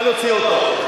נא להוציא אותו.